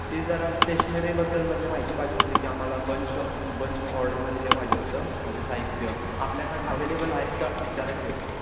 ते जरा स्टेशनरीबद्दल म्हणजे माहिती पाहिजे होती की आम्हाला बंच बंच ऑर्डरमध्ये हे पाहिजे होतं म्हणजे साहित्य आपल्याकडं अवेलेबल आहेत का विचारायचं होतं